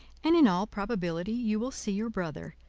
and in all probability you will see your brother,